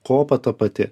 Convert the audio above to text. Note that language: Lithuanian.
kopa ta pati